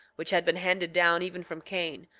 which had been handed down even from cain,